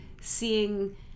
seeing